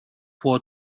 for